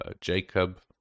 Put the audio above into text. Jacob